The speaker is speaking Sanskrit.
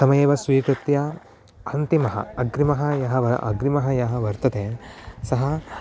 तमेव स्वीकृत्य अन्तिमः अग्रिमः यः वा अग्रिमः यः वर्तते सः